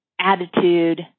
attitude